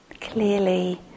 clearly